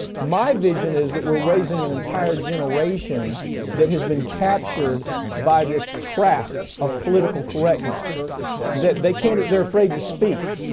my vision is that we're raising an entire generation that has been captured by this trap of political correctness that they can't, they're afraid to speak.